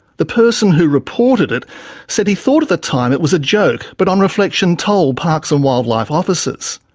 the person who reported it said he thought at the time it was a joke, but on reflection told parks and wildlife officers.